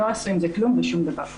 לא עשו עם זה כלום ושום דבר,